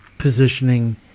positioning